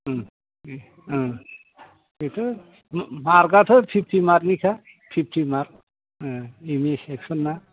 बेथ' मार्कआथ' फिफ्टि मार्कनिखा फिफ्टि मार्क ओं एम इ सेक्स'नना